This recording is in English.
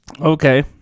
Okay